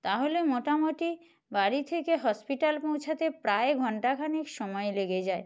তাহলে মোটামুটি বাড়ি থেকে হসপিটাল পৌঁছাতে প্রায় ঘণ্টাখানেক সময় লেগে যায়